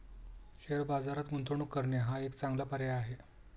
share बाजारात गुंतवणूक करणे हा एक चांगला पर्याय आहे